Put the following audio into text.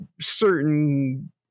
certain